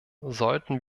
sollten